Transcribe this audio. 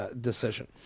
decision